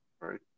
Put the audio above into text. right